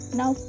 now